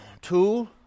Two